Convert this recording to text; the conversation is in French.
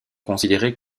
considérés